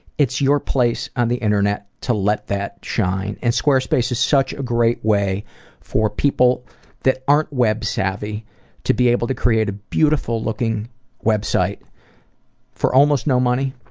it's your place on the internet to let that shine. and squarespace is such a great way for people that aren't web savvy to be able to create a beautiful looking website for almost no money.